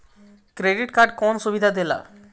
Credit card कौन सुबिधा देला?